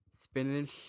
spinach